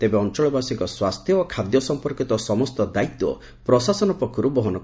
ତେବେ ଅଞ୍ଞଳବାସୀଙ୍କ ସ୍ପାସ୍ଥ୍ୟ ଓ ଖାଦ୍ୟ ସମ୍ମର୍କିତ ସମସ୍ତ ଦାୟିତ୍ୱ ପ୍ରଶାସନ ପକ୍ଷରୁ ବହନ କରାଯିବ